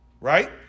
Right